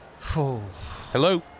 Hello